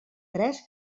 tres